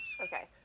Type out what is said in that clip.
Okay